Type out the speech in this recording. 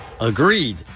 Agreed